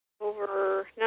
over